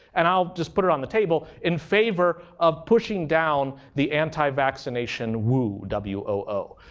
and i'll just put it on the table in favor of pushing down the anti-vaccination woo? w o o.